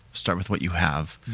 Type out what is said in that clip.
start with what you have.